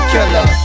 Killer